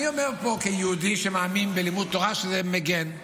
אני אומר פה כיהודי שמאמין בלימוד תורה, שזה מגן.